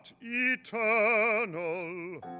eternal